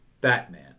Batman